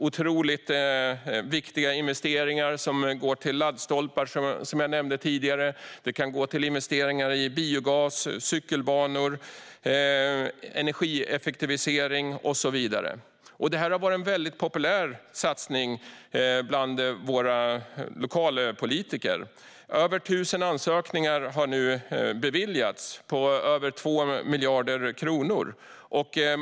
Otroligt viktiga investeringar går till laddstolpar, som jag nämnde tidigare, och till investeringar i biogas, cykelbanor, energieffektivisering och så vidare. Denna satsning har varit väldigt populär bland lokalpolitiker. Över 1 000 ansökningar på över 2 miljarder kronor har nu beviljats.